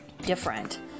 different